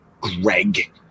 Greg